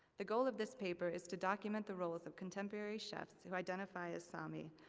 the goal of this paper is to document the roles of contemporary chefs who identify as sami,